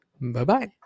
Bye-bye